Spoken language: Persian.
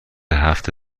هفت